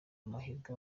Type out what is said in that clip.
amahirwe